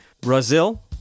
Brazil